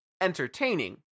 entertaining